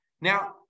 Now